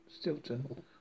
Stilton